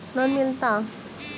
Loan मिलता?